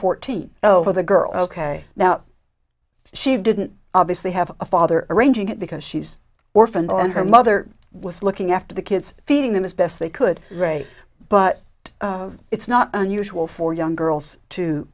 fourteen over the girl ok now she didn't obviously have a father arranging it because she's orphaned or her mother was looking after the kids feeding them as best they could right but it's not unusual for young girls to